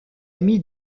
ami